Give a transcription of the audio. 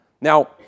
Now